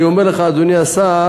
אני אומר לך, אדוני השר,